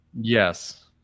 yes